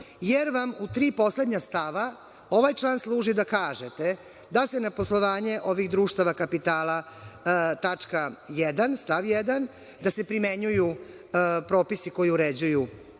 jer vam u tri poslednja stava ovaj član služi da kažete da se na poslovanje ovih društava kapitala, tačka 1) stav 1, primenjuju propisi koji uređuju,